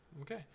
Okay